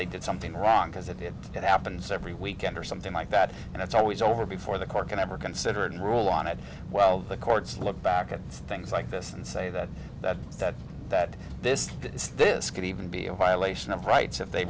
they did something wrong because if it happens every weekend or something like that and it's always over before the court can ever consider and rule on it well the courts look back at things like this and say that that that that this is this could even be a violation of rights if they